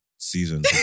Season